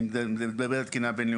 אני מדבר על התקינה הבינלאומית.